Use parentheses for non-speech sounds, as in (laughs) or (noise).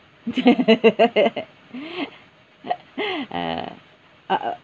(laughs) uh oh uh